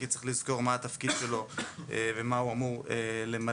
כי צריך לזכור מה התפקיד שלו ומה הוא אמור למלא